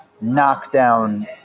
knockdown